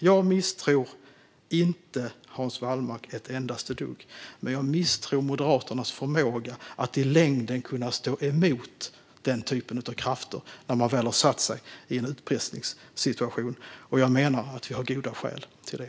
Jag misstror alltså inte Hans Wallmark ett endaste dugg, men jag misstror Moderaternas förmåga att i längden stå emot den typen av krafter när man väl har satt sig i en utpressningssituation. Jag menar att vi har goda skäl till det.